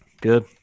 Good